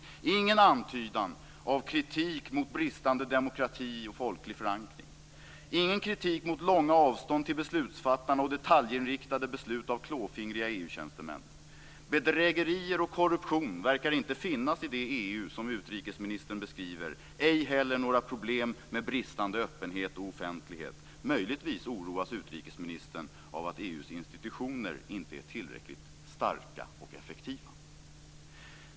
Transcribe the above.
Det finns ingen antydan av kritik mot bristande demokrati och folklig förankring, ingen kritik mot långa avstånd till beslutsfattarna och detaljinriktade beslut av klåfingriga EU-tjänstemän. Bedrägerier och korruption verkar inte finnas i det EU som utrikesministern beskriver, ej heller några problem med bristande öppenhet och offentlighet. Möjligtvis oroas utrikesministern av att EU:s institutioner inte är tillräckligt "starka och effektiva"!